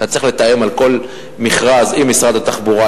אתה צריך לתאם על כל מכרז עם משרד התחבורה,